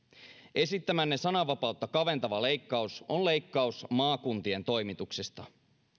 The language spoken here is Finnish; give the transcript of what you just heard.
esittämänne sananvapautta kaventava leikkaus on leikkaus maakuntien toimituksista